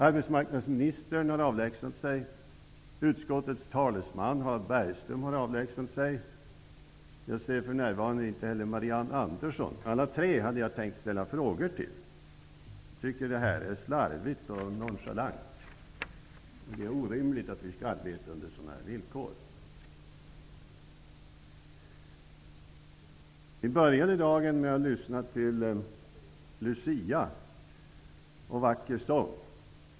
Arbetsmarknadsministern har avlägsnat sig, utskottets talesman Harald Bergström har avlägsnat sig; jag ser för närvarande inte heller Marianne Andersson -- alla tre hade jag tänkt ställa frågor till. Jag tycker att det är slarvigt och nonchalant. Det är orimligt att vi skall arbeta under sådana villkor. Vi började dagen med att lyssna till Lucia och vacker sång.